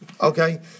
Okay